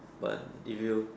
but if you